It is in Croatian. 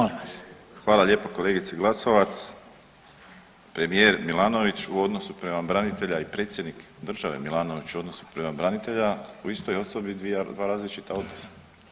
Hvala lijepo, hvala lijepo kolegici Glasovac, premijer Milanović u odnosu prema branitelja i predsjednik države Milanovića u odnosu prema branitelja u istoj osobi dva različita opisa.